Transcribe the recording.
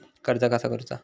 कर्ज कसा करूचा?